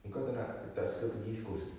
kau tak nak tak suka pergi east coast